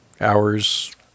Hours